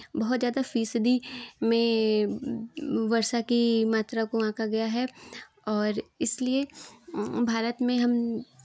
बहुत ज़्यादा फीसदी में वर्षा की मात्रा को आँका गया है और इसलिए भारत में हम